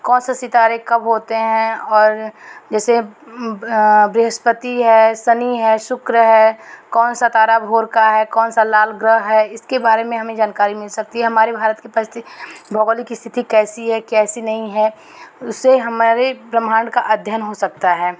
कौन से सितारे कब होते हैं और जैसे बृहस्पति है सनी है शुक्र है कौन सा तारा भोर का है कौन सा लाल ग्रह है इसके बारे में हमें जानकारी मिल सकती है हमारे भारत की परिस्थिति भौगोलिक इस्थिति कैसी है कैसी नहीं है उससे हमारे ब्रह्माण्ड का अध्ययन हो सकता है